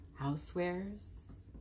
housewares